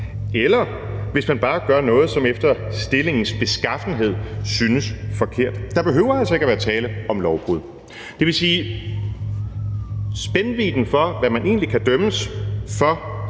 eller hvis man bare gør noget, som efter ministerens »stillings beskaffenhed« synes forkert, kan man straffes. Der behøver altså ikke være tale om lovbrud. Det vil sige, at spændvidden for, hvad man egentlig kan dømmes for